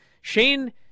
Shane